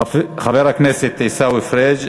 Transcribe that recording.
חבר הכנסת עיסאווי פריג'.